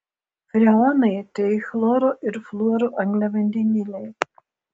freonai tai chloro ir fluoro angliavandeniliai